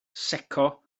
secco